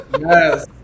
Yes